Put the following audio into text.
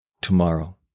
tomorrow